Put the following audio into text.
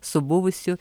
su buvusiu